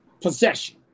possession